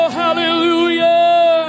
hallelujah